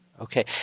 Okay